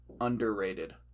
underrated